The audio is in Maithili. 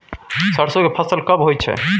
सरसो के फसल कब होय छै?